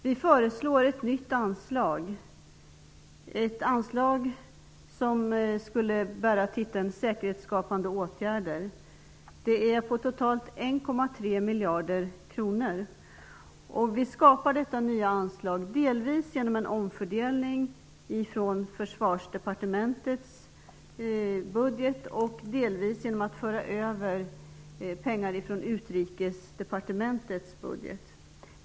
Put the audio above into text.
Vi föreslår ett nytt anslag, som skall bära titeln Säkerhetsskapande åtgärder. Det är på totalt 1,3 miljarder kronor. Vi skapar detta nya anslag delvis genom en omfördelning av Försvarsdepartementets budget, delvis genom att föra över pengar från Utrikesdepartementets budget.